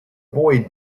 boy